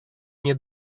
nie